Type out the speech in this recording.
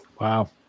Wow